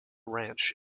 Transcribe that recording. ranch